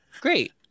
Great